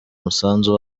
umusanzu